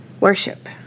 Worship